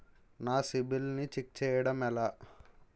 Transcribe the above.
నా సిబిఐఎల్ ని ఛెక్ చేయడం ఎలా?